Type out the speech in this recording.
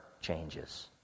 changes